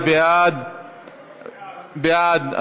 בעד.